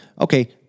okay